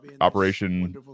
Operation